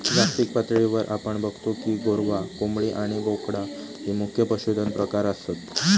जागतिक पातळीवर आपण बगतो की गोरवां, कोंबडी आणि बोकडा ही मुख्य पशुधन प्रकार आसत